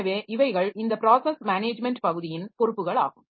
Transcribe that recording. எனவே இவைகள் இந்த ப்ராஸஸ் மேனேஜ்மென்ட் பகுதியின் பொறுப்புகள் ஆகும்